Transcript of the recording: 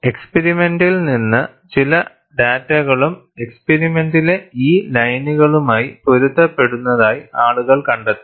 എക്സ്പിരിമെന്റിൽ നിന്ന് ചില ഡാറ്റകളും എക്സ്പിരിമെന്റിലെ ഈ ലൈയനുകളുമായി പൊരുത്തപ്പെടുന്നതായി ആളുകൾ കണ്ടെത്തി